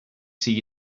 see